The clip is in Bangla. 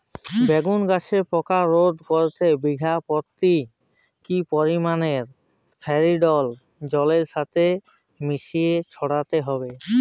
বেগুন গাছে পোকা রোধ করতে বিঘা পতি কি পরিমাণে ফেরিডোল জলের সাথে মিশিয়ে ছড়াতে হবে?